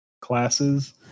classes